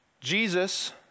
Jesus